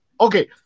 okay